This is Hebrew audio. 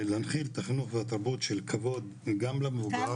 להנחיל את החינוך והתרבות של כבוד גם למבוגר.